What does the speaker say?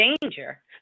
danger